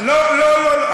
לא לא לא,